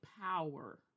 power